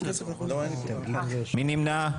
מי נמנע?